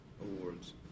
awards